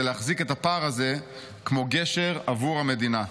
להחזיק את הפער הזה כמו גשר עבור המדינה.